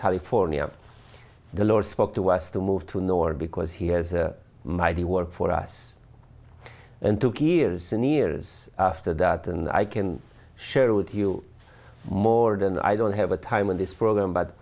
california the lord spoke to us to move to nor because he has a mighty work for us and took years and years after that and i can share with you more than i don't have a time in this program but